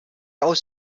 aus